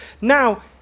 Now